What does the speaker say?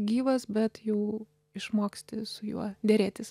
gyvas bet jau išmoksti su juo derėtis